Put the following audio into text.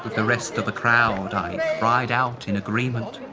the rest of the crowd, i cried out in agreement.